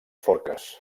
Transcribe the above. forques